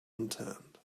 unturned